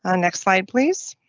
ah next slide, please.